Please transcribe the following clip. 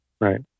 Right